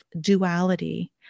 duality